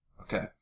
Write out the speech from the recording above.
okay